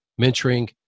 mentoring